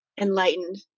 enlightened